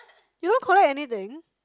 you don't collect anything